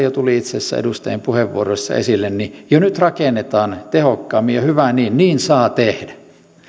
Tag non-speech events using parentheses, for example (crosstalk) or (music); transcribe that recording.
(unintelligible) jo tuli itse asiassa edustajien puheenvuoroissa esille jo nyt rakennetaan tehokkaammin ja hyvä niin niin saa tehdä